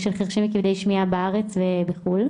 של חרשים וכבדי שמיעה בארץ ובחו"ל.